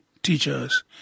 teachers